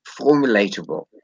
formulatable